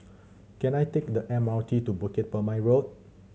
can I take the M R T to Bukit Purmei Road